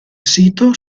sito